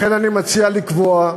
לכן אני מציע לקבוע,